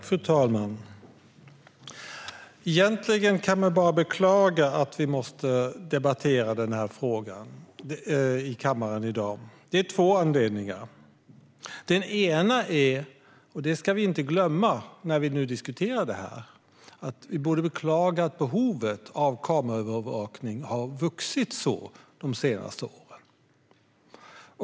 Fru talman! Egentligen kan man bara beklaga att vi måste debattera denna fråga i kammaren i dag. Det finns två anledningar till detta. Den ena - som vi inte ska glömma när vi nu diskuterar detta - är att vi borde beklaga att behovet av kameraövervakning har vuxit så kraftigt de senaste åren.